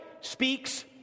speaks